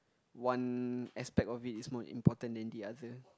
one aspect of it is more important than the other